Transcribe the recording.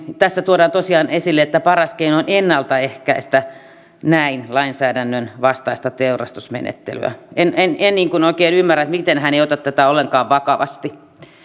tässä tuodaan tosiaan esille että paras keino on ennalta ehkäistä näin lainsäädännön vastaista teurastusmenettelyä en en oikein ymmärrä miten hän ei ota tätä ollenkaan vakavasti